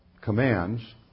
commands